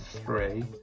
three,